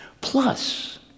Plus